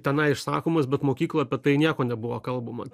tenai išsakomos bet mokykloj apie tai nieko nebuvo kalbama